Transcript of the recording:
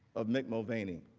of mick mulvaney